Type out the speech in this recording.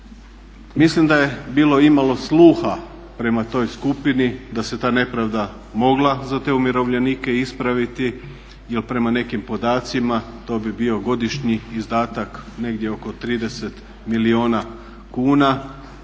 Mislim da je bilo imalo sluha prema toj skupini da se ta nepravda mola za te umirovljenike ispraviti, jer prema nekim podacima to bi bio godišnji izdatak negdje oko 30 milijuna kuna